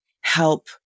help